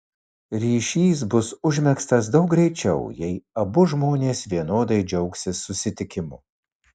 ryšys bus užmegztas daug greičiau jei abu žmonės vienodai džiaugsis susitikimu